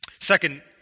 Second